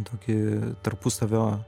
tokį tarpusavio